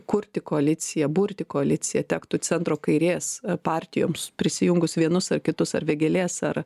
kurti koaliciją burti koaliciją tektų centro kairės partijoms prisijungus vienus ar kitus ar vėgėlės ar